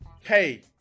hey